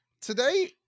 today